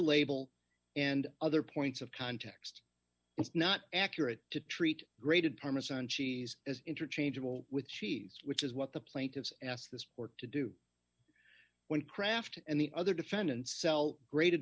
label and other points of context it's not accurate to treat grated parmesan cheese as interchangeable with cheese which is what the plaintiffs ask this port to do when kraft and the other defendants sell grated